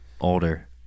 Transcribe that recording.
older